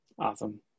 Awesome